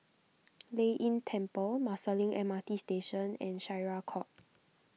Lei Yin Temple Marsiling M R T Station and Syariah Court